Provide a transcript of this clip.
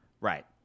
Right